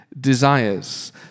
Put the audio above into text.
desires